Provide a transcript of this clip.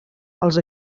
els